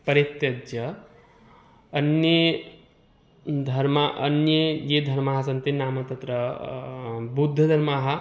परित्यज्य अन्ये न् धर्माः अन्ये ये धर्माः सन्ति नाम तत्र बौद्धधर्मः